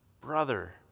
Brother